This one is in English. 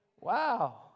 Wow